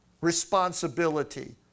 responsibility